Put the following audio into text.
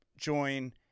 join